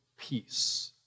peace